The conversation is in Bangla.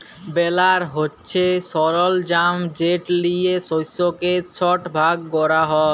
বেলার হছে সরলজাম যেট লিয়ে শস্যকে ছট ভাগ ক্যরা হ্যয়